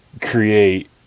create